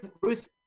Ruth